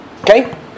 Okay